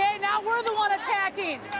and now we're the ones attacking.